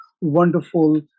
wonderful